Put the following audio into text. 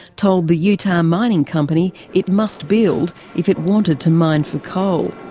told the utah mining company it must build if it wanted to mine for coal.